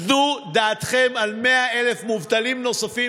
תנו דעתכם על 100,000 מובטלים נוספים